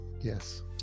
yes